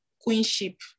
queenship